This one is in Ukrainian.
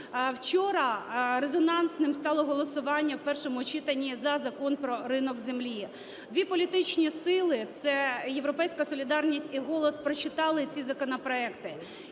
Вчора резонансним стало голосування в першому читанні за Закон про ринок землі. Дві політичні сили, це "Європейська солідарність" і "Голос", прочитали ці законопроекти.